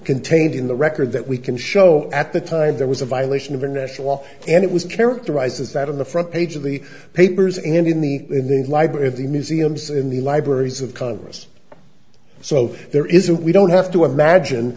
contained in the record that we can show at the time there was a violation of international law and it was characterized as that on the front page of the papers and in the in the library of the museums in the libraries of congress so there is a we don't have to imagine